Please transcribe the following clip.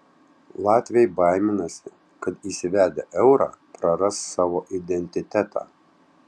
latviai baiminasi kad įsivedę eurą praras savo identitetą